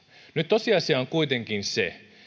nyt tosiasia on kuitenkin se